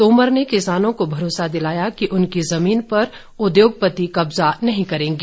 तोमर ने किसानों को भरोसा दिलाया कि उनकी जमीन पर उद्योगपति कब्जा नहीं करेंगे